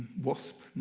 wasp? no,